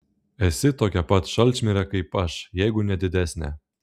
esi tokia pat šalčmirė kaip aš jeigu ne didesnė